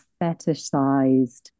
fetishized